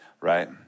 right